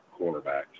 cornerbacks